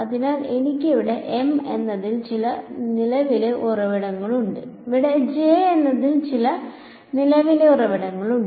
അതിനാൽ എനിക്ക് ഇവിടെ M എന്നതിൽ ചില നിലവിലെ ഉറവിടങ്ങളുണ്ട് ഇവിടെ J എന്നതിൽ ചില നിലവിലെ ഉറവിടങ്ങളുണ്ട്